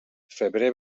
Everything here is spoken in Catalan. febrer